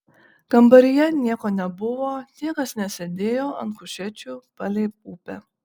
kambaryje nieko nebuvo niekas nesėdėjo ant kušečių palei upę